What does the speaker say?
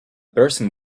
person